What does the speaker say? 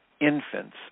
infants